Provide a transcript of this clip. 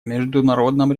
международном